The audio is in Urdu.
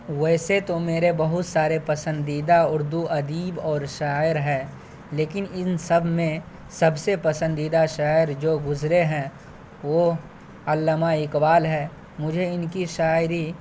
ویسے تو میرے بہت سارے پسندیدہ اردو ادیب اور شاعر ہیں لیکن ان سب میں سب سے پسندیدہ شاعر جو گزرے ہیں وہ علامہ اقبال ہے مجھے ان کی شاعری